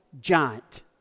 giant